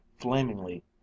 flamingly